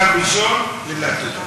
מגיעה בשלב הראשון מילה טובה.